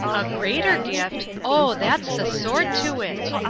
a greater gift! o, that's the sword to it!